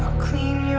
clean yeah